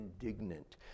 indignant